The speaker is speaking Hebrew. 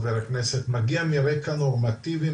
מגיע מרקע נורמטיבי,